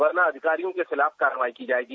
वरना अधिकारियों के खिलाफ कार्रवाई की जाएगी